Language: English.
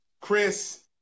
Chris